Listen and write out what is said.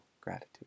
gratitude